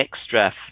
extra